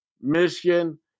michigan